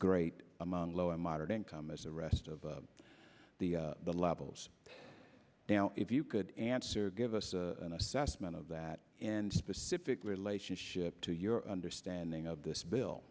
great among low and moderate income as the rest of the levels now if you could answer give us an assessment of that and specific relationship to your understanding of this bill